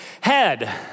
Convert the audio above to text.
head